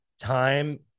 time